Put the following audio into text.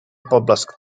poblask